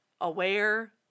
aware